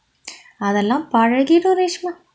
அதெல்லாம் பழகிடும்:athelaam pazhagidum reshma